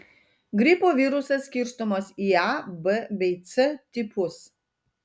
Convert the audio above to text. gripo virusas skirstomas į a b bei c tipus